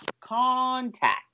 contact